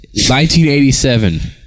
1987